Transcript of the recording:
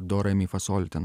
do re mi fa sol ten